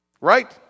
right